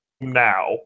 now